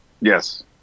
Yes